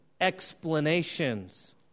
explanations